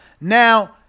Now